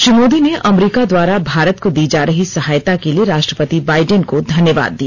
श्री मोदी ने अमरीका द्वारा भारत को दी जा रही सहायता के लिए राष्ट्रपति बाइडेन को धन्यवाद दिया